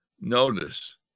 Notice